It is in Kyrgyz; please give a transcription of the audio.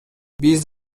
биз